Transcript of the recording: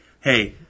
hey